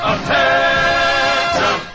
Attention